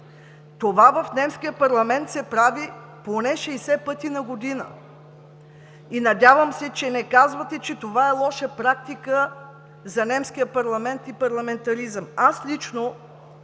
Това в немския парламент се прави поне 60 пъти в годината. Надявам се, че не казвате, че това е лоша практика за немския парламент и парламентаризъм. Аз лично